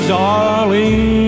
darling